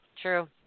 True